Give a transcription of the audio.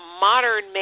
modern